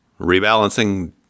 Rebalancing